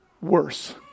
worse